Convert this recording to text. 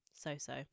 so-so